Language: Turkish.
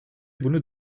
bunu